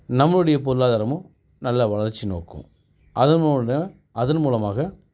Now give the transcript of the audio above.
நம்மளுடைய பொருளாதாரமும் நல்லா வளர்ச்சி நோக்கும் அதனோட அதன் மூலமாக